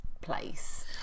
place